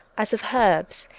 as of herbs,